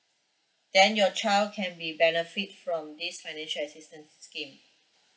then your child can be benefit from this financial assistance scheme